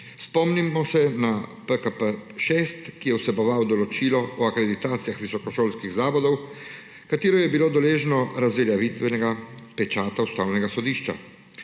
Spomnimo se na PKP6, ki je vseboval določilo o akreditacijah visokošolskih zavodov, ki je bilo deležno razveljavitvenega pečata Ustavnega sodišča.